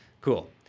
Cool